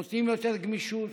נותנים יותר גמישות,